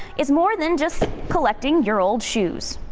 it's more than just collecting your old shoes.